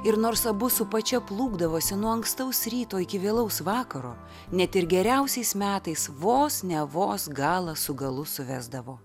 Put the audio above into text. ir nors abu su pačia plūkdavosi nuo ankstaus ryto iki vėlaus vakaro net ir geriausiais metais vos ne vos galą su galu suvesdavo